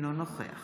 אינו נוכח